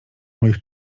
moich